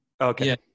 Okay